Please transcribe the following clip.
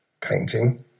painting